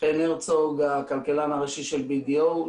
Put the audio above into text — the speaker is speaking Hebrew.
חן הרצוג הכלכלן הראשי של BDO,